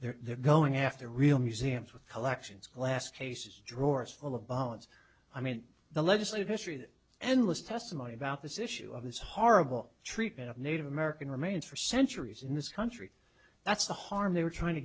there they're going after real museums with collections glass cases drawers full of bonds i mean the legislative history and was testimony about this issue of this horrible treatment of native american remains for centuries in this country that's the harm they were trying to